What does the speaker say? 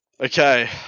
Okay